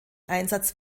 einsatz